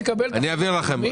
אני אעביר אליכם.